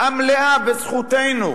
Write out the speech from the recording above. המלאה בזכותנו.